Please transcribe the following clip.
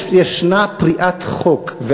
מה שקורה זה שיש פריעת חוק,